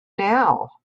now